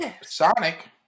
Sonic